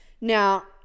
Now